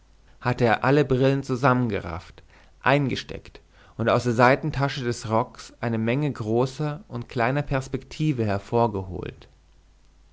hatte er alle brillen zusammengerafft eingesteckt und aus der seitentasche des rocks eine menge großer und kleiner perspektive hervorgeholt